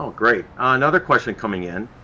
ah great. um another question coming in.